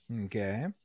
Okay